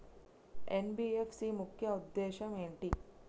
NBFC ముఖ్య ఉద్దేశం ఏంటి?